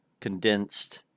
condensed